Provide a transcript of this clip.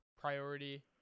Priority